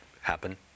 happen